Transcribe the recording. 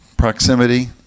proximity